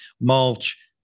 mulch